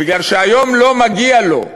בגלל שהיום לא מגיע לו.